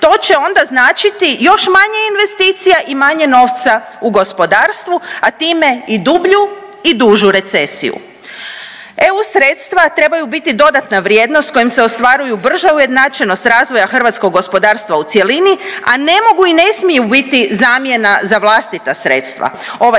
to će onda značiti još manje investicije i manje novca u gospodarstvu, a time i dublju i dužu recesiju. EU sredstva trebaju biti dodatna vrijednost kojom se ostvaruju brža ujednačenost razvoja hrvatskog gospodarstva u cjelini, a ne mogu i ne smiju biti zamjena za vlastita sredstva.